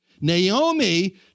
Naomi